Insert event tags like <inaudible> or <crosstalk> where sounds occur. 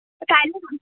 <unintelligible>